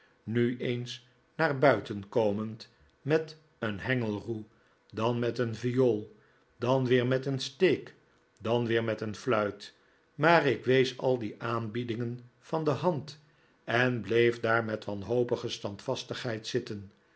nu eens naar buiten komend met een hengelroe dan met een viool dan weer met een steek dan weer met een fluit maar ik wees al die aanbiedingen van de hand en bleef daar met wanhopige standvastigheid zitten